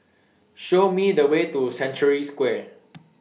Show Me The Way to Century Square